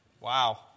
Wow